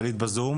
הרבה דיונים.